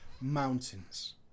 Mountains